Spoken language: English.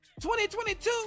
2022